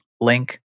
Link